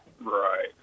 Right